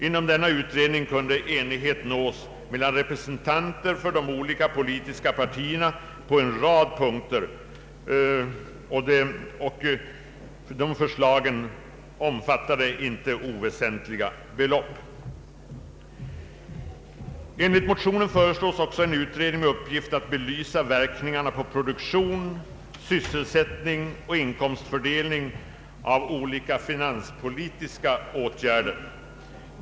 Inom denna utredning kunde enighet nås mellan representanter för de olika politiska partierna på en rad punkter, omfattande inte oväsentliga belopp. I motionen föreslås också en utredning med uppgift att belysa verkningarna av olika finanspolitiska åtgärder På produktion, sysselsättning och inkomstfördelning.